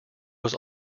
was